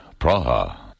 Praha